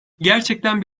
gerçekten